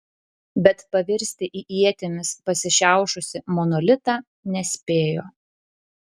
bet pavirsti į ietimis pasišiaušusį monolitą nespėjo